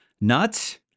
Nuts